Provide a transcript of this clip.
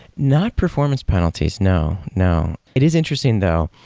not performance penalties. no. no. it is interesting though.